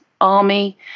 army